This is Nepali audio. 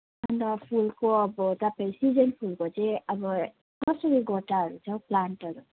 अन्त फुलको अब तपाईँ सिजन फुलको चाहिँ अब कसरी गोटाहरू छ हौ प्लान्टहरू